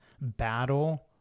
battle